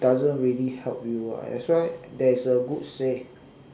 doesn't really help you ah that's why there is a good say